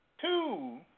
two